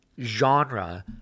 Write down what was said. genre